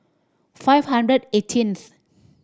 five hundred eighteenth